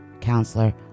counselor